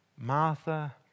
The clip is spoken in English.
Martha